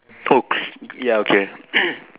!oops! ya okay